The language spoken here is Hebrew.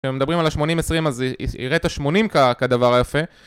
כשמדברים על השמונים עשרים אז יראה את השמונים כדבר יפה